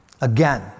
Again